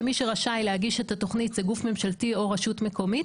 מי שרשאי להגיש את התוכנית זה גוף ממשלתי או רשות מקומית,